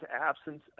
absence